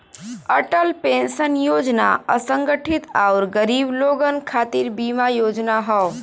Atal pension योजना असंगठित आउर गरीब लोगन खातिर बीमा योजना हौ